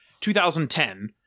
2010